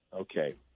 Okay